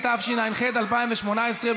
התשע"ח 2018,